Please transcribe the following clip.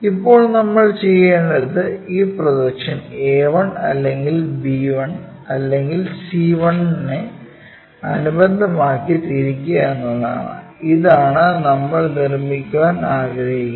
ഇപ്പോൾ നമ്മൾ ചെയ്യേണ്ടത് ഈ പ്രോജെക്ഷൻ a1 അല്ലെങ്കിൽ b1 അല്ലെങ്കിൽ c1 നെ അനുബന്ധം ആക്കി തിരിക്കുക എന്നതാണ് ഇതാണ് നമ്മൾ നിർമ്മിക്കാൻ ആഗ്രഹിക്കുന്നത്